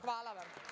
Hvala.